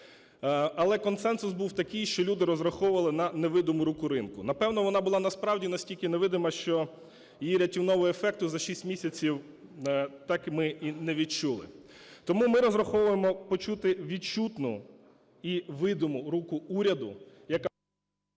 Але консенсус був такий, що люди розраховували на невидиму руку ринку, напевно, вона була насправді настільки невидима, що її рятівного ефекту за 6 місяців так ми і не відчули. Тому ми розраховуємо почути відчутну і видиму руку уряду, яка...